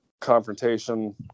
confrontation